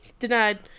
denied